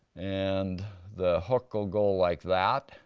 and the hook will go like that.